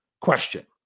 question